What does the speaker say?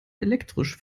elektrisch